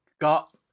got